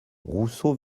rousseau